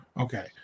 Okay